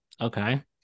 okay